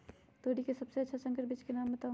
तोरी के सबसे अच्छा संकर बीज के नाम बताऊ?